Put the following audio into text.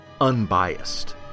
unbiased